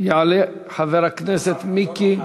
יעלה חבר הכנסת מיקי,